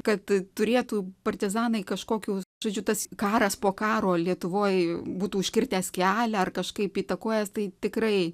kad turėtų partizanai kažkokių žodžiu tas karas po karo lietuvoje būtų užkirtęs kelią ar kažkaip įtakojęs tai tikrai